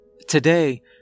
Today